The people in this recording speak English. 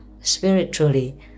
spiritually